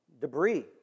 debris